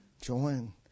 Join